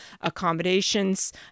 accommodations